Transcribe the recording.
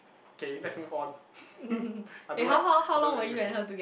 okay next move on I don't like I don't like this question